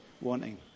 wanting